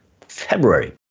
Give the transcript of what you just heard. February